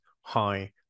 high